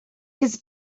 his